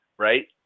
Right